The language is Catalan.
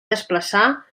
desplaçar